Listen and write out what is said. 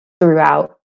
throughout